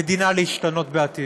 ודינה להשתנות בעתיד.